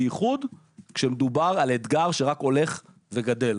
בייחוד כי מדובר באתגר שהולך וגדל.